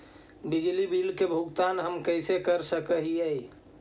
बिजली बिल के भुगतान हम कैसे कर सक हिय?